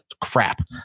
crap